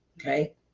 Okay